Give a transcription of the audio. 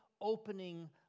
opening